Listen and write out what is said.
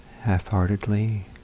half-heartedly